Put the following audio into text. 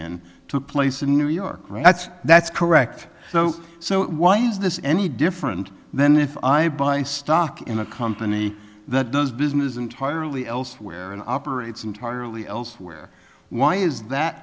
in took place in new york that's that's correct so so why is this any different than if i buy stock in a company that does business entirely elsewhere in operates entirely elsewhere why is that